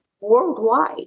worldwide